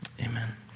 Amen